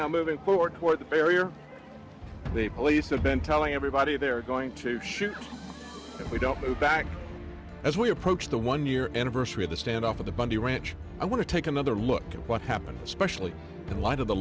now moving forward toward the barrier the police have been telling everybody they're going to shoot if we don't back as we approach the one year anniversary of the standoff at the bundy ranch i want to take another look at what happened especially in light of the